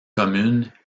commune